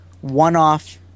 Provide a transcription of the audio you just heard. one-off